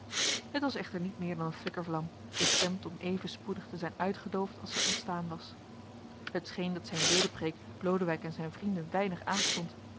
het was echter niet meer dan een flikkervlam bestemd om even spoedig te zijn uitgedoofd als zij ontstaan was het scheen dat zijn zedenpreek lodewijk en zijn vrienden weinig aanstond